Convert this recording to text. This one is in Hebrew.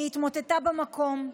היא התמוטטה במקום.